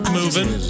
moving